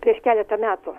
prieš keletą metų